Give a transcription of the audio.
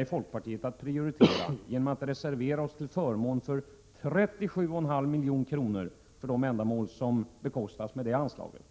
i folkpartiet är beredda att prioritera genom att reservera oss till förmån för 37,5 milj.kr. för de ändamål som bekostas med det anslaget.